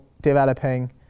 developing